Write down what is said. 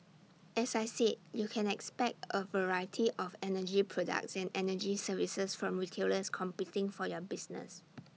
as I said you can expect A variety of energy products and energy services from retailers competing for your business